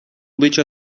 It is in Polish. bycia